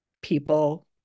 people